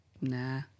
Nah